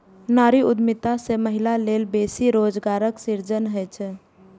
नारी उद्यमिता सं महिला लेल बेसी रोजगारक सृजन होइ छै